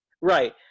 Right